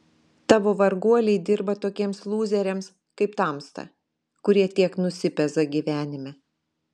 tavo varguoliai dirba tokiems lūzeriams kaip tamsta kurie tiek nusipeza gyvenime